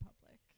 public